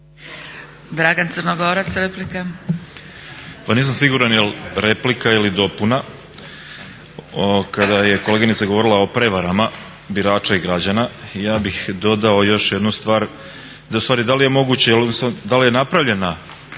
Dragan (SDSS)** Pa nisam siguran jel replika ili dopuna. Kada je kolegica govorila o prevarama birača i građana ja bih dodao još jednu stvar, ustvari da li je moguće, odnosno da li je napravljena